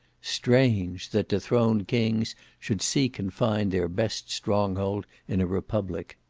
strange! that dethroned kings should seek and find their best strong-hold in a republic.